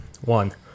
one